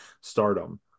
Stardom